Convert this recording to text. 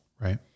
Right